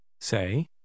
Say